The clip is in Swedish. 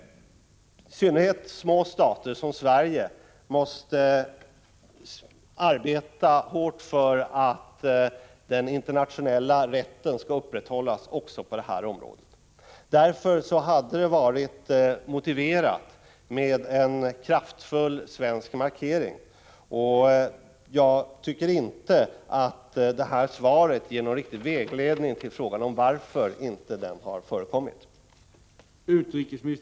I synnerhet små stater som Sverige måste arbeta hårt för att den internationella rätten skall upprätthållas, också på det här området. Därför hade det varit motiverat med en kraftfull svensk markering. Jag tycker inte att svaret ger någon riktig vägledning i fråga om varför en sådan inte har förekommit.